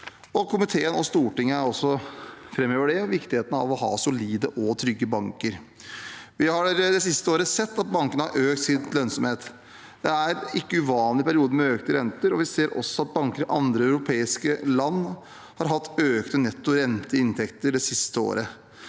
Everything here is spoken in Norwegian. Komiteen og Stortinget framhever også viktigheten av å ha solide og trygge banker. Vi har det siste året sett at bankene har økt sin lønnsomhet. Det er ikke uvanlig i perioder med økte renter. Vi ser også at banker i andre europeiske land har hatt økte netto renteinntekter det siste året.